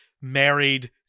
married